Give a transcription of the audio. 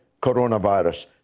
coronavirus